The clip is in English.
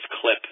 clip